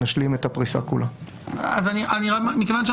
אם זה לא המצב,